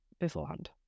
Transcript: beforehand